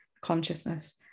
consciousness